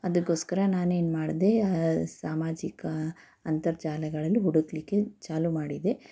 ಅದ್ಕೋಸ್ಕರ ನಾನೇನು ಮಾಡಿದೆ ಸಾಮಾಜಿಕ ಅಂತರ್ಜಾಲಗಳಲ್ಲಿ ಹುಡುಕಲಿಕ್ಕೆ ಚಾಲು ಮಾಡಿದೆ